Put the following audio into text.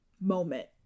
moment